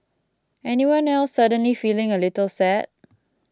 anyone else suddenly feeling a little sad